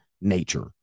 nature